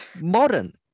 modern